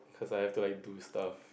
cause I have to like do stuff